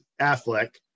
Affleck